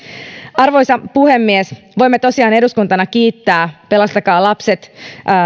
arvoisa puhemies voimme tosiaan eduskuntana kiittää pelastakaa lapset